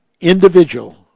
individual